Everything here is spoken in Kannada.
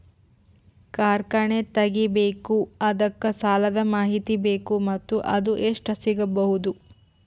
ಕಾರ್ಖಾನೆ ತಗಿಬೇಕು ಅದಕ್ಕ ಸಾಲಾದ ಮಾಹಿತಿ ಬೇಕು ಮತ್ತ ಅದು ಎಷ್ಟು ಸಿಗಬಹುದು?